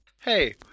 Hey